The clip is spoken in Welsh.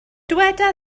dyweda